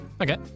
Okay